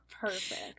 perfect